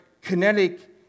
kinetic